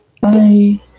Bye